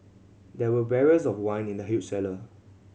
there were barrels of wine in the huge cellar